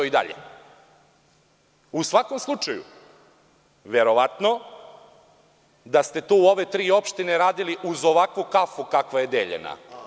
U svakom slučaju verovatno da ste tu u ove tri opštine radili uz ovakvu kafu kakva je deljena.